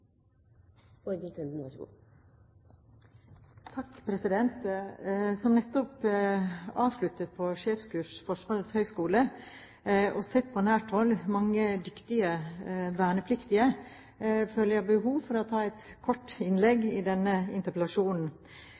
Som nettopp avsluttet på sjefskurs ved Forsvarets høgskole der jeg på nært hold har sett mange dyktige vernepliktige, føler jeg behov for å ta et kort innlegg i